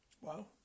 Wow